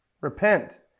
repent